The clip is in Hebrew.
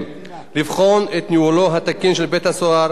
ולבחון את ניהולו התקין של בית-הסוהר,